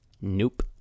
Nope